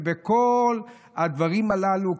ובכל הדברים הללו,